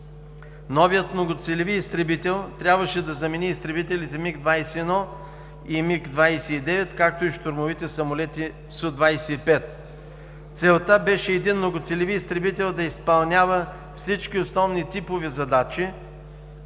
Новият многоцелеви изтребител трябваше да замени изтребителите МиГ-21 и МиГ-29, както и щурмовите самолети Су-25. Целта беше един многоцелеви изтребител да изпълнява всички основни типови задачи,